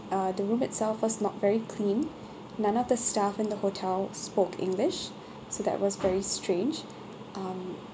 uh the room itself was not very clean none of the staff in the hotel spoke english so that was very strange um